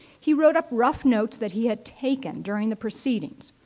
he wrote up rough notes that he had taken during the proceedings.